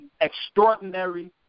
extraordinary